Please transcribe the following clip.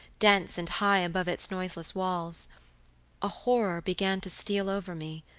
dense and high above its noiseless walls a horror began to steal over me,